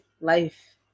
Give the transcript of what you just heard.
Life